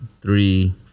three